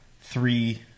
Three